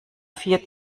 vier